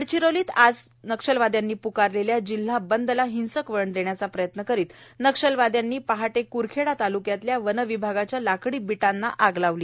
गडचिरोलीत आज प्कारलेल्या जिल्हा बंदला हिंसक वळण देण्याचा प्रयत्न करीत नक्षलवाद्यांनी पहाटे क्रखेडा तालुक्यातल्या वनविभागाच्या लाकडी बिटांना आग लावली